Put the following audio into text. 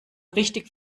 richtig